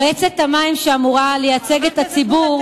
מועצת המים, שאמורה לייצג את הציבור,